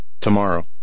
tomorrow